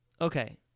Okay